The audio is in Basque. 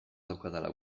daukadala